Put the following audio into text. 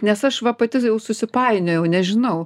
nes aš va pati jau susipainiojau nežinau